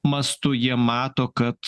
mastu jie mato kad